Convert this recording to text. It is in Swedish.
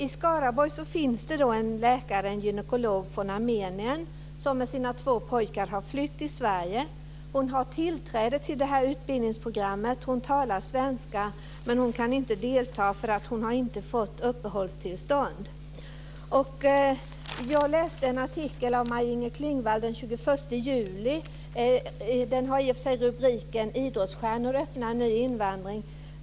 I Skaraborg finns det en gynekolog från Armenien som med sina två pojkar har flytt till Sverige. Hon har tillträde till detta utbildningsprogram, och hon talar svenska, men hon kan inte delta därför att hon inte har fått uppehållstillstånd. Jag läste en artikel av Maj-Inger Klingvall den 21 juli med rubriken Idrottsstjärnor öppnar ny invandring.